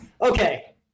Okay